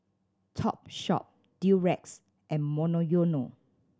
Topshop Durex and Monoyono